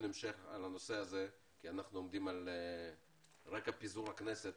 המשך בנושא הזה כי אנחנו עומדים לפני פיזור הכנסת.